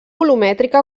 volumètrica